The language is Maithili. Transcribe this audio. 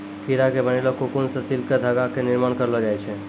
कीड़ा के बनैलो ककून सॅ सिल्क के धागा के निर्माण करलो जाय छै